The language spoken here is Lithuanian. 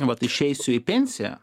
vat išeisiu į pensiją